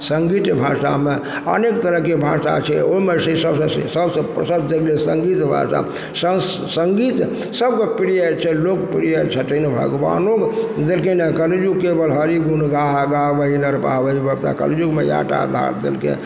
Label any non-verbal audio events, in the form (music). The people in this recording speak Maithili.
सङ्गीत भाषामे अनेक तरहके भाषा छै ओइमे सँ सबसँ से सब से प्रशस्त भेलै सङ्गीत भाषा सन्स सङ्गीत सबके प्रिय छै लोकप्रिय छथिन भगवानो देलखिन हेँ कलियुगके बड़ हरि गुण गा गाबय लए (unintelligible) कलियुगमे इएह टा आधार देलकइ हइ